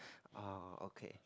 uh okay